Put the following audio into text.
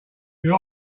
your